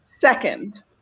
second